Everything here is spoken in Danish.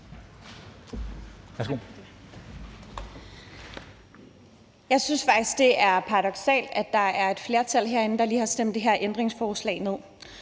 Jeg synes faktisk, det er paradoksalt, at der er et flertal herinde, der lige har stemt det her ændringsforslag ned,